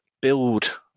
build